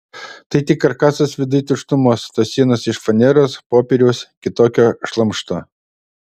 tai tik karkasas viduj tuštumos tos sienos iš faneros popieriaus kitokio šlamšto